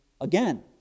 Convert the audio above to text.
again